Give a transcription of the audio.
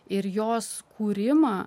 ir jos kūrimą